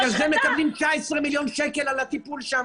בגלל זה מקבלים 19 מיליון שקל על הטיפול שם.